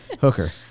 Hooker